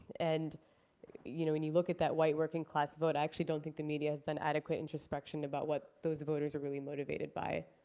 and you know when you look at that white working class vote, i actually don't think the media has done adequate introspection about what those voters were really motivated by.